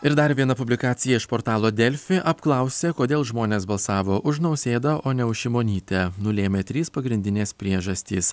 ir dar viena publikacija iš portalo delfi apklausė kodėl žmonės balsavo už nausėdą o ne už šimonytę nulėmė trys pagrindinės priežastys